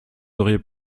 auriez